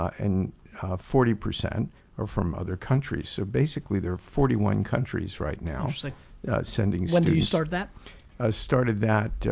and forty percent are from other countries. so basically there are forty one countries right now like sending students. when did you start that? i started that,